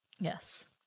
Yes